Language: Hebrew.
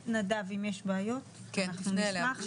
נדב אם יש בעיות, אנחנו נשמח לראות.